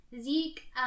Zeke